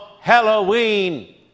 Halloween